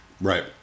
Right